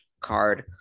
card